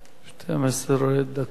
12 דקות.